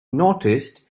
noticed